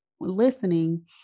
listening